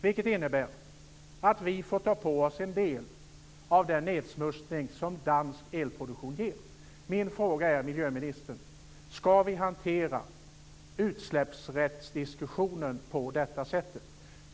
Det innebär att vi får ta på oss en del av den nedsmutsning som dansk elproduktion ger. Skall vi hantera utsläppsrättsdiskussionen på det sättet?